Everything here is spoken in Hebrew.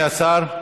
כבוד השר,